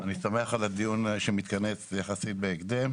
אני שמח על הדיון שמתכנס יחסית בהקדם.